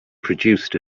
produced